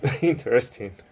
interesting